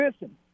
listen